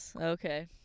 Okay